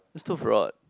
it's too broad